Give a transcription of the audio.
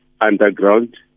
underground